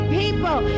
people